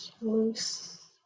loose